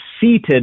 seated